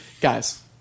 Guys